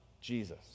Jesus